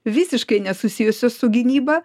visiškai nesusijusios su gynyba